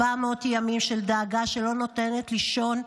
400 ימים של דאגה שלא נותנת לישון,